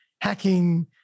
hacking